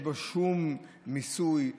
שאין בו שום מיסוי,